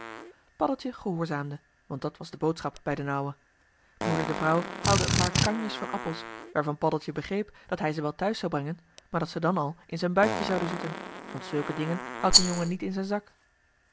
paddeltje gehoorzaamde want dat was de boodschap bij d'n ouwe moeder de vrouw haalde een paar kanjers van appels waarvan paddeltje begreep dat hij ze wel thuis zou brengen maar dat ze dan al in z'n buikje zouden zitten want zulke dingen houdt een jongen niet in z'n zak